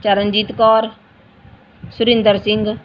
Charanjit Kaur Surinder Singh